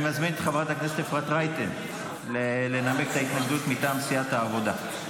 אני מזמין את חברת הכנסת אפרת רייטן לנמק את ההתנגדות מטעם סיעת העבודה.